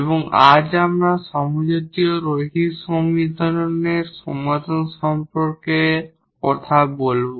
এবং আজ আমরা হোমোজিনিয়াস লিনিয়ার সমীকরণের সমাধান সম্পর্কে কথা বলব